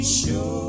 show